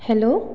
hello